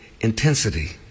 intensity